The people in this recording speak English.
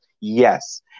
yes